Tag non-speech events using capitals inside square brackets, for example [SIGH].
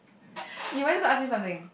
[BREATH] you want to ask me something